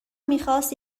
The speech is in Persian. میخواست